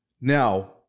Now